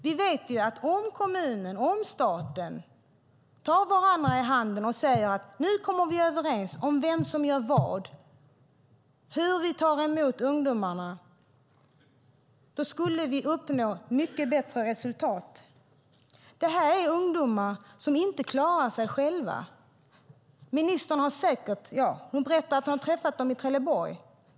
Vi vet att om kommunen och staten tar varandra i handen och säger att nu kommer man överens om vem som gör vad och hur man tar emot ungdomarna skulle vi uppnå mycket bättre resultat. Det här är ungdomar som inte klarar sig själva. Ministern berättar att hon har träffat dem i Trelleborg.